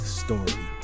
story